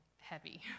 heavy